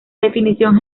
definición